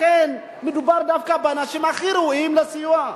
לכן, מדובר דווקא באנשים הכי ראויים לסיוע.